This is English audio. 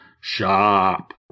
shop